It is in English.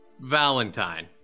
Valentine